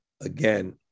again